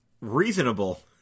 reasonable